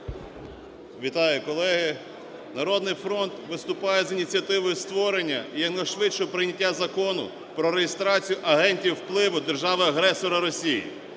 Вітаю, колеги! "Народний фронт" виступає з ініціативою створення і якнайшвидшого прийняття Закону про реєстрацію агентів впливу держави-агресора Росії.